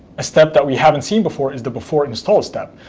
step that we haven't seen before is the before install step.